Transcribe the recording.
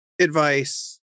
advice